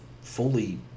fully